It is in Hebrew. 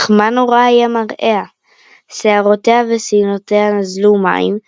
אך מה-נורא היה מראה שערותיה ושמלותיה נזלו מים,